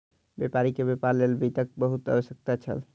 व्यापारी के व्यापार लेल वित्तक बहुत आवश्यकता छल